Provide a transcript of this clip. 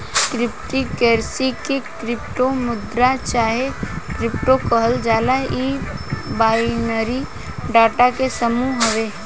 crypto currency के crypto मुद्रा चाहे क्रिप्टो कहल जाला इ बाइनरी डाटा के समूह हवे